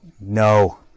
no